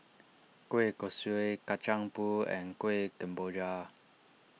Kueh Kosui Kacang Pool and Kuih Kemboja